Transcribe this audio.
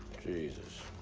jesus.